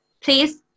please